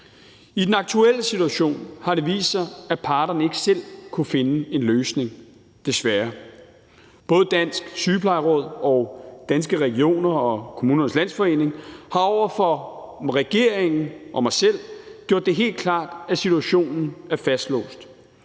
I den aktuelle situation har det vist sig, at parterne ikke selv kunne finde en løsning – desværre. Både Dansk Sygeplejeråd, Danske Regioner og Kommunernes Landsforening har over for regeringen og mig selv gjort det helt klart, at situationen er fastlåst.